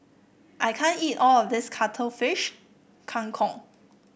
I can't eat all of this Cuttlefish Kang Kong